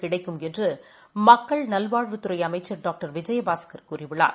கிடைக்கும் என்றுமக்கள் நல்வாழ்வுத்துறைஅமைச்சர் டாக்டர் விஜயபாஸ்கர் கூறியுள்ளார்